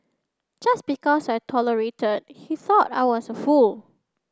just because I tolerated he thought I was a fool